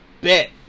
Bet